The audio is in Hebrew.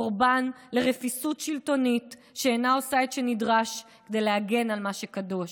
קורבן לרפיסות שלטונית שאינה עושה את שנדרש כדי להגן על מה שקדוש,